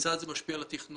כיצד זה משפיע על התכנון?